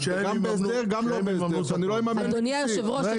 זה גם --- אדוני היושב ראש,